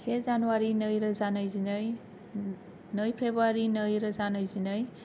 से जानुवारी नै रोजा नैजिनै नै फेब्रुवारी नै रोजा नैजिनै